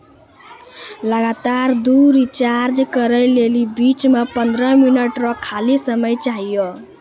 लगातार दु रिचार्ज करै लेली बीच मे पंद्रह मिनट रो खाली समय चाहियो